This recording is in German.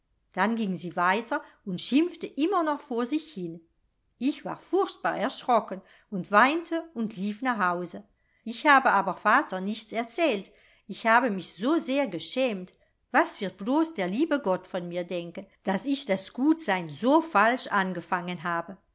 dann ging sie weiter und schimpfte immer noch vor sich hin ich war furchtbar erschrocken und weinte und lief nach hause ich habe aber vater nichts erzählt ich habe mich so sehr geschämt was wird blos der liebe gott von mir denken daß ich das gutsein so falsch angefangen habe